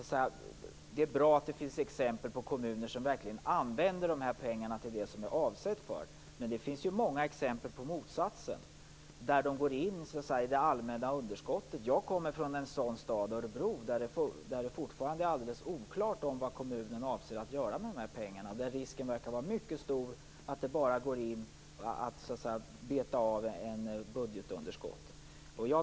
Det är bra att det finns exempel på kommuner som verkligen använder de här pengarna till det de är avsedda för. Men det finns ju många exempel på motsatsen, där de går in i det allmänna underskottet. Jag kommer från en sådan stad, Örebro, där det fortfarande är oklart vad kommunen avser att göra med pengarna. Risken verkar vara mycket stor att de bara går till att beta av ett budgetunderskott.